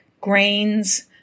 grains